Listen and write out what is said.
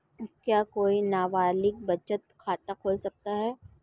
क्या कोई नाबालिग बचत खाता खोल सकता है?